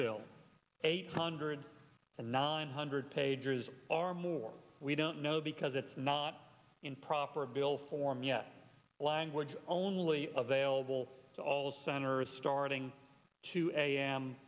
bill eight hundred and nine hundred pages are more we don't know because it's not in proper bill form yet language only available to all centers starting to a